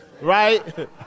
right